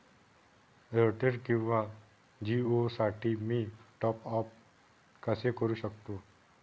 Airtel किंवा जिओसाठी मी टॉप ॲप कसे करु शकतो?